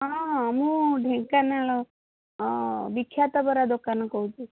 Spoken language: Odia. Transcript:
ହଁ ମୁଁ ଢେଙ୍କାନାଳ ବିଖ୍ୟାତ ବରା ଦୋକାନରୁ କହୁଛି